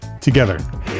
together